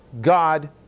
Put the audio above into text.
God